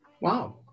Wow